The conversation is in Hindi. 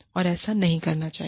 और ऐसा नहीं करना चाहिए